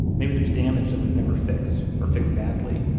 maybe there's damage that was never fixed, or fixed badly.